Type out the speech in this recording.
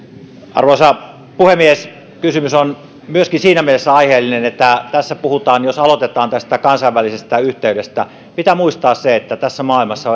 arvoisa puhemies kysymys on myöskin siinä mielessä aiheellinen että jos aloitetaan tästä kansainvälisestä yhteydestä niin pitää muistaa se että tässä maailmassa